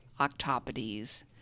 octopodes